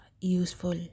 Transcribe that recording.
useful